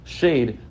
shade